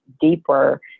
deeper